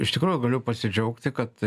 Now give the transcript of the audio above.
iš tikrųjų galiu pasidžiaugti kad